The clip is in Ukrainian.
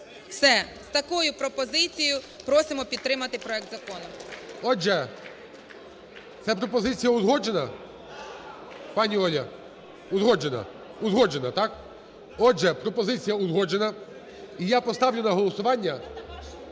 Все. З такою пропозицією просимо підтримати проект закону. ГОЛОВУЮЧИЙ. Отже… Це пропозиція узгоджена? Пані Оля, узгоджена? Узгоджена, так? Отже, пропозиція узгоджена. І я поставлю на голосування